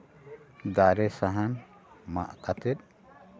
ᱫᱟᱨᱮ ᱥᱟᱦᱟᱱ ᱢᱟᱜ ᱠᱟᱛᱮᱫ